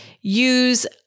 use